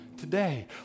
today